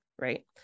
right